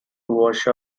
wash